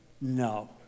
No